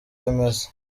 remezo